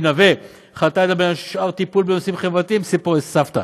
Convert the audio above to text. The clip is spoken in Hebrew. נוה חרתה על דגלה בין השאר טיפול בנושאים חברתיים" סיפורי סבתא.